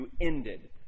ended